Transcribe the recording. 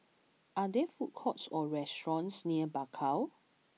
are there food courts or restaurants near Bakau